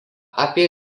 apie